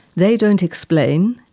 they don't explain.